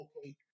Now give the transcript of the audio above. okay